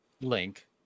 Link